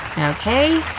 okay,